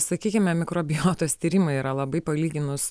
sakykime mikrobiotos tyrimai yra labai palyginus